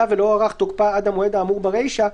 ולא הוארך תוקפה עד המועד האמור ברישה,